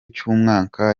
cy’umwaka